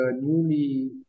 newly